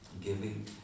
giving